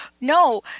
No